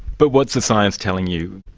but what's the science telling you?